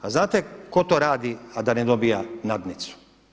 A znate tko to radi a da ne dobiva nadnicu?